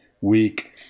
week